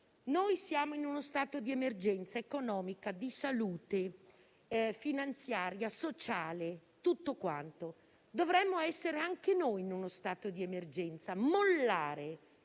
Noi siamo in uno stato di emergenza economica, di salute, finanziaria e sociale. Dovremmo essere anche noi in uno stato di emergenza e mollare